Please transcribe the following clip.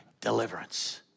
deliverance